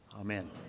amen